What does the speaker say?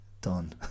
done